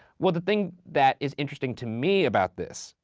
well, the thing that is interesting to me about this,